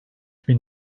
bin